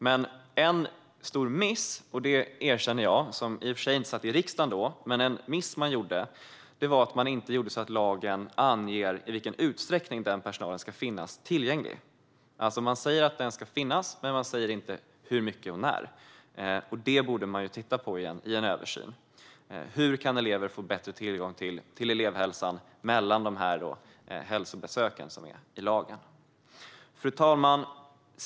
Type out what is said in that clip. Men en stor miss - och det erkänner jag, som i och för sig inte satt i riksdagen då - var att man inte gjorde så att lagen anger i vilken utsträckning den personalen ska finnas tillgänglig. Man säger alltså att den ska finnas, men man säger inte hur mycket och när. Detta borde man titta på i en översyn. Hur kan elever få bättre tillgång till elevhälsan mellan de hälsobesök som anges i lagen? Fru talman!